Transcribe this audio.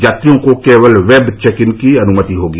यात्रियों को केवल वेब चेक इन की अनुमति होगी